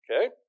Okay